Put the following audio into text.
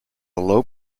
low